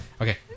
Okay